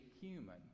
human